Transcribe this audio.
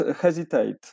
hesitate